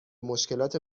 مشکلات